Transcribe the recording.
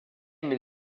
mais